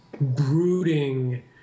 brooding